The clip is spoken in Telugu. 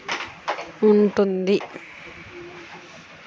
కంది కోయుటకు లై ల్యాండ్ ఉపయోగముగా ఉంటుందా?